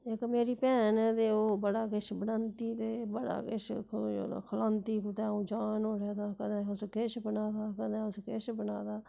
इक मेरी भैन ऐ ते ओह् बड़ा किश बनांदी ते बड़ा किश खलांदी कुतै आ'ऊं जां नुहाड़े तां कदैं उस किश बना दा कदैं उस किश बना दा